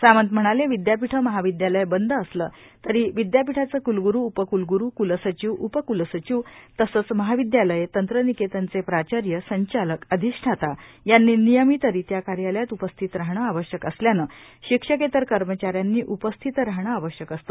सामंत म्हणाले विद्यापीठे महाविद्यालये बंद असले तरी विद्यापीठाचे कूलग्रु उपकूलग्रु कूलसचिव उपकूलसचिव तसेच महाविद्यालये तंत्रनिकेतनचे प्राचार्य संचालक अधिष्ठाता यांनी नियमितरित्या कार्यालयात उपस्थित राहणे आवश्यक असल्याने शिक्षकेतर कर्मचाऱ्यांनी उपस्थित राहणे आवश्यक असते